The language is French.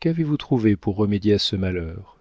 qu'avez-vous trouvé pour remédier à ce malheur